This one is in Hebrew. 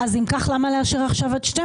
אז אם כך, למה לאשר עכשיו עד 12?